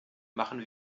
machen